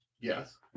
Yes